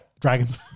Dragons